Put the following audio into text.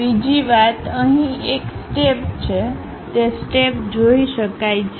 બીજી વાત અહીં એક સ્ટેપ છેતે સ્ટેપ જોઇ શકાય છે